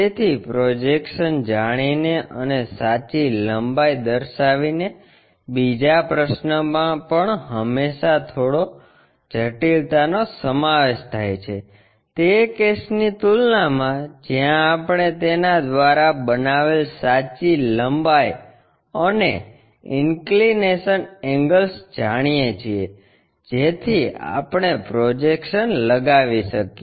તેથી પ્રોજેક્શન્સ જાણીને અને સાચી લંબાઈ દર્શાવીને બીજા પ્રશ્ન મા પણ હંમેશાં થોડો જટિલતાનો સમાવેશ થાય છે તે કેસની તુલનામાં જ્યાં આપણે તેના દ્વારા બનાવેલ સાચી લંબાઈ અને ઇન્કલીનેશન એંગલ્સ જાણીએ છીએ જેથી આપણે પ્રોજેક્શન લગાવી શકીએ